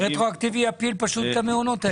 הרטרואקטיבי יפיל פשוט את המעונות האלה.